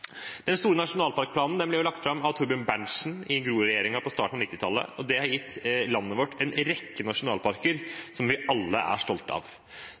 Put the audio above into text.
Den store nasjonalparkplanen ble lagt fram av Thorbjørn Berntsen i Gro-regjeringen på starten av 1990-tallet. Det har gitt landet vårt en rekke nasjonalparker som vi alle er stolte av.